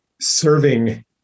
serving